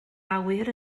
awyr